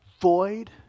void